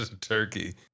Turkey